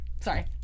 Sorry